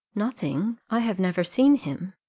nothing i have never seen him.